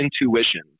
Intuition